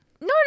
No